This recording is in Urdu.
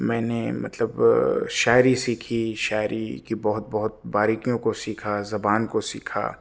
میں نے مطلب شاعری سیکھی شاعری کی بہت بہت باریکیوں کو سیکھا زبان کو سیکھا